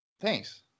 Thanks